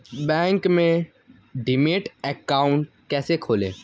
Bank में demat account कैसे खोलें?